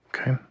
Okay